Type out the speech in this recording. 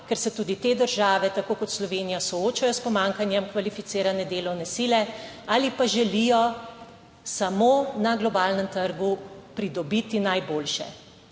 ker se tudi te države tako kot Slovenija soočajo s pomanjkanjem kvalificirane delovne sile, ali pa želijo samo na globalnem trgu pridobiti najboljše